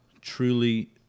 truly